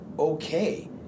okay